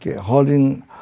holding